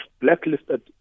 blacklisted